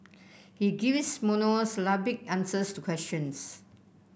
he gives monosyllabic answers to questions